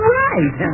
right